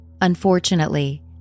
Unfortunately